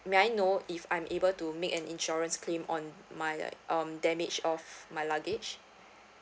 may I know if I'm able to make an insurance claim on my like um damage of my luggage